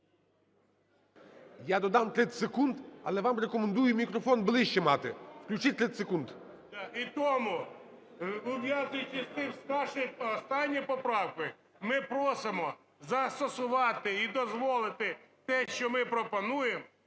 Я додам 30 секунд, але вам рекомендую мікрофон ближче мати. Включіть, 30 секунд. НІМЧЕНКО В.І.Да, і тому, пов'язуючи з тим… з останньою поправкою, ми просимо застосувати і дозволити те, що ми пропонуємо,